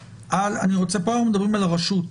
אנו מדברים על הרשות.